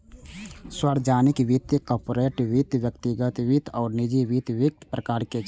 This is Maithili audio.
सार्वजनिक वित्त, कॉरपोरेट वित्त, व्यक्तिगत वित्त आ निजी वित्त वित्तक प्रकार छियै